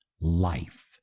life